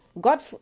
God